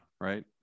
Right